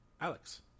Alex